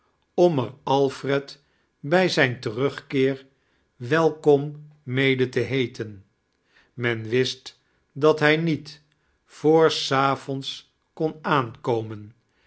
om er alfred bij zijn terugkeer welkom mede te heeten men wist dat hij niet vr s avonds kon aankomen